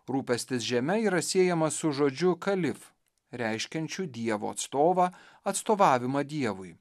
rūpestis žeme yra siejamas su žodžiu kalif reiškiančiu dievo atstovą atstovavimą dievui